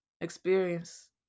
experience